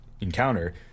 encounter